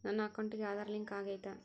ನನ್ನ ಅಕೌಂಟಿಗೆ ಆಧಾರ್ ಲಿಂಕ್ ಆಗೈತಾ?